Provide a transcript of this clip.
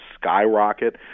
skyrocket